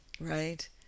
right